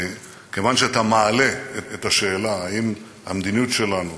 כיוון שאתה מעלה את השאלה אם המדיניות שלנו